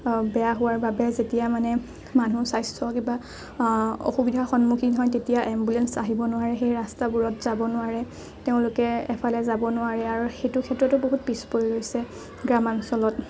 বেয়া হোৱাৰ বাবে যেতিয়া মানে মানুহ স্বাস্থ্য কিবা অসুবিধাৰ সন্মুখীন হয় তেতিয়া এম্বুলেঞ্চ আহিব নোৱাৰে সেই ৰাস্তাবোৰত যাব নোৱাৰে তেওঁলোকে এফালে যাব নোৱাৰে আৰু সেইটো ক্ষেত্ৰটো বহুত পিছ পৰি ৰৈছে গ্ৰাম্যাঞ্চলত